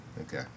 Okay